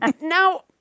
Now